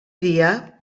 dia